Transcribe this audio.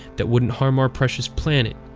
that wouldn't harm our precious planet,